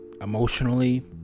emotionally